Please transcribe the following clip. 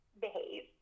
behave